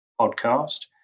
podcast